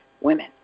women